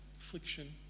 affliction